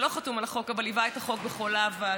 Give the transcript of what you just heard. שלא חתום על החוק אבל ליווה את החוק בכל הוועדות.